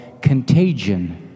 contagion